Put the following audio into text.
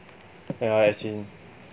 yeah as in